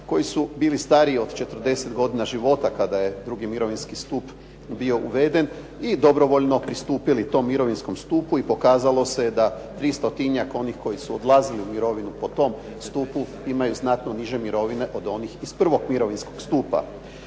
koji su bili stariji od 40 godina života kada je drugi mirovinski stup bio uveden i dobrovoljno pristupili tom mirovinskom stupu i pokazalo se je da tristotinjak onih koji su odlazili u mirovinu po tom stupu imaju znatno niže mirovine od onih iz prvog mirovinskog stupa.